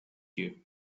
you